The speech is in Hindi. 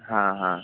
हाँ हाँ